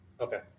Okay